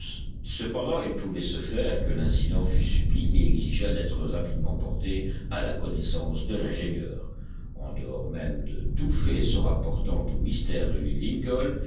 cependant il pouvait se faire que l'incident fût subit et exigeât d'être rapidement porté à la connaissance de l'ingénieur en dehors même de tous faits se rapportant au mystère de l'île lincoln